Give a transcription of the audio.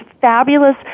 fabulous